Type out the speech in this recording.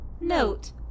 note